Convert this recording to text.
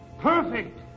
perfect